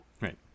Right